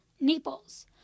Naples